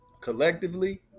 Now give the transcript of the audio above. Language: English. collectively